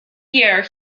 year